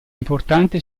importante